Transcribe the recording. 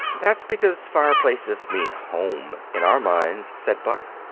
that's because fireplaces mean home in our minds, said buck.